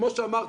כמו שאמרתי,